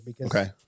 Okay